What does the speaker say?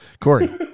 Corey